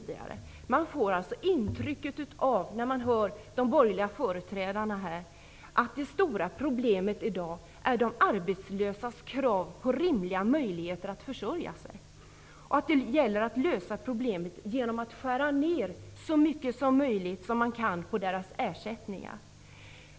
När man lyssnar till de borgerliga företrädarna får man intrycket av att det stora problemet i dag är de arbetslösas krav på rimliga möjligheter att försörja sig och att det gäller att lösa problemet genom att skära ned så mycket man kan på deras ersättningar.